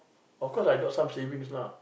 of course I got some savings lah